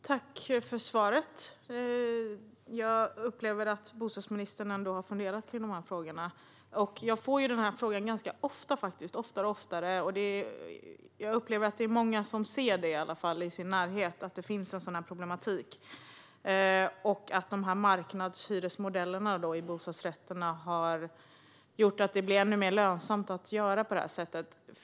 Herr talman! Tack för svaret! Jag upplever att bostadsministern ändå har funderat på de här frågorna. Jag får den här frågan ganska ofta - oftare och oftare, faktiskt. Jag upplever att det är många som ser i sin närhet att det finns en sådan här problematik och att marknadshyresmodellerna för bostadsrätter har gjort det ännu mer lönsamt att göra på det här sättet.